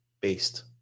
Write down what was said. based